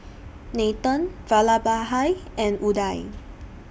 Nathan Vallabhbhai and Udai